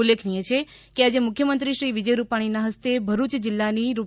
ઉલ્લેખનીય છે કે આજે મુખ્યમંત્રી શ્રી વિજય રૂપાણીના હસ્તે ભરૂચ જિલ્લાની રૂ